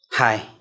Hi